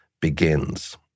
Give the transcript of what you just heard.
begins